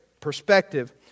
perspective